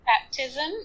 Baptism